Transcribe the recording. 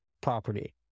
property